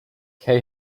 kay